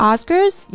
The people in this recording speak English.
Oscars